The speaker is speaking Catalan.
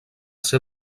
ser